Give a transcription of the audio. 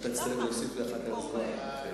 תצטרך להוסיף לי אחר כך זמן.